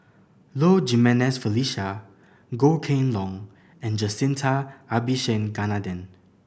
Low Jimenez Felicia Goh Kheng Long and Jacintha Abisheganaden